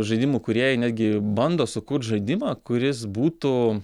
žaidimų kūrėjai netgi bando sukurt žaidimą kuris būtų